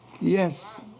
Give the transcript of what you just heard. Yes